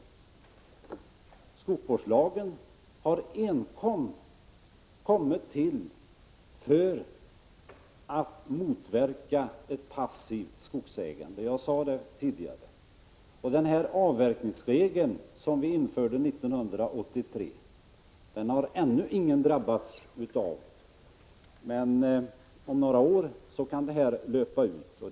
Jag sade tidigare att skogsvårdslagen har kommit till enkom för att motverka ett passivt skogsägande. Avverkningsregeln, som vi införde 1983, har ännu ingen drabbats av, men om några år kan den komma att tillämpas.